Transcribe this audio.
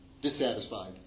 dissatisfied